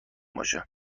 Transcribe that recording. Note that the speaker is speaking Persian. باشه